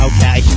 Okay